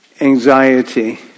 Anxiety